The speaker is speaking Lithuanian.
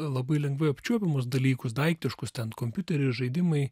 labai lengvai apčiuopiamus dalykus daiktiškus ten kompiuteris žaidimai